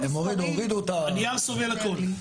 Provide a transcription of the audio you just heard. הנייר סופג הכל.